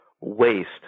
waste